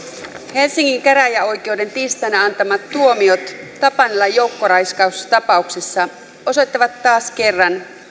helsingin käräjäoikeuden tiistaina antamat tuomiot tapanilan joukkoraiskaustapauksessa osoittavat taas kerran